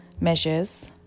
measures